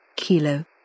Kilo